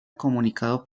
comunicado